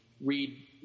read